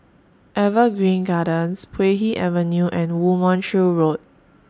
Evergreen Gardens Puay Hee Avenue and Woo Mon Chew Road